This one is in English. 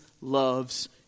loves